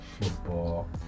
football